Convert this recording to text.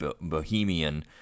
bohemian